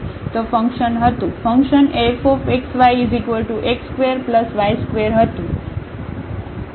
તો ફંકશન હતું ફંક્શન એ fxyx2y2હતું